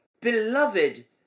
beloved